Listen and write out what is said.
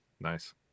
Nice